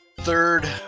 third